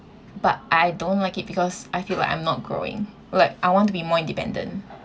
but I don't like it because I feel like I'm not growing like I want to be more independent